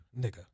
nigga